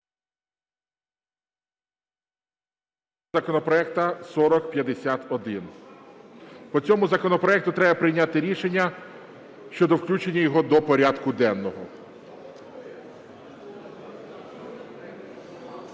законопроекту 4051). По цьому законопроекту треба прийняти рішення щодо включення його до порядку денного.